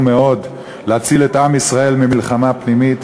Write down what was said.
מאוד להציל את עם ישראל ממלחמה פנימית